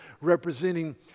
representing